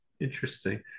Interesting